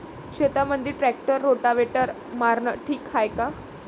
शेतामंदी tractor rotavator मारनं ठीक हाये का?